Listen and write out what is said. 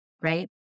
right